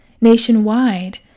Nationwide